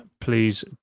please